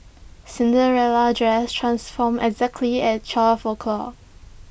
Cinderella's dress transformed exactly at twelve o'clock